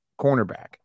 cornerback